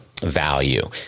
Value